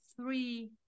three